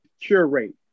curate